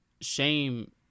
shame